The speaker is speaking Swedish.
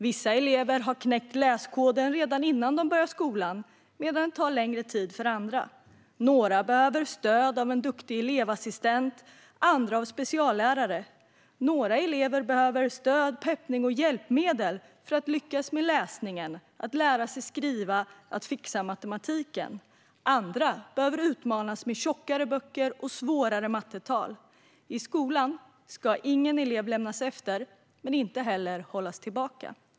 Vissa elever har knäckt läskoden redan innan de börjar skolan, medan det tar längre tid för andra. Några behöver stöd av en duktig elevassistent, andra av en speciallärare. Några elever behöver stöd, peppning och hjälpmedel för att lyckas med läsningen, att lära sig skriva och att fixa matematiken. Andra behöver utmanas med tjockare böcker och svårare mattetal. I skolan ska ingen elev lämnas efter, men inte heller hållas tillbaka.